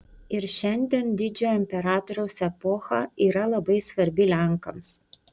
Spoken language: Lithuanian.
ir šiandien didžiojo imperatoriaus epocha yra labai svarbi lenkams